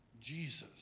Jesus